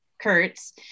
Kurtz